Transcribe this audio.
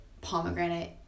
pomegranate